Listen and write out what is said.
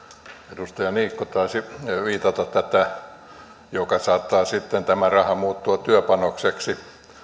edustaja niikko taisi viitata tähän että sitten tämä raha saattaa muuttua työpanokseksi